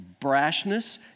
brashness